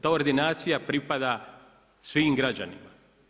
Ta ordinacija pripada svim građanima.